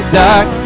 dark